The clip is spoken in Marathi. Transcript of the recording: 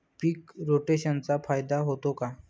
पीक रोटेशनचा फायदा होतो का?